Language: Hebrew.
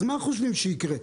אז מה חושבים שיקרה?